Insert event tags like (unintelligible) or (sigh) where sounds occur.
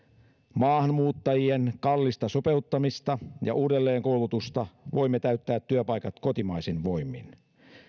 maahanmuuttajien kallista sopeuttamista (unintelligible) ja uudelleenkoulutusta voimme täyttää työpaikat kotimaisin voimin (unintelligible) (unintelligible)